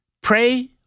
Pray